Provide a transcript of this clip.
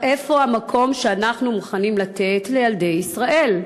איפה המקום שאנחנו מוכנים לתת לילדי ישראל,